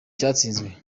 cyatsinzwe